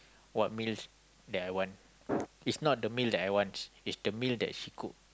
what meal that I want it's not the meal that I want it's the meal that she cook